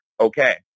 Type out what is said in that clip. okay